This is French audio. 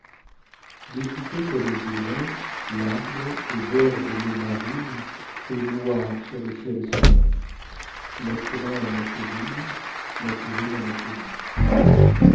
découpé comme au burin l'arbre au bord de l'eau marine est noir sur le ciel serein mathurin a mathurine mathurine a mathurin